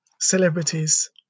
celebrities